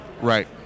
Right